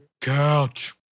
Couch